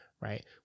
right